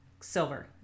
silver